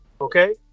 Okay